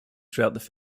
throughout